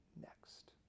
next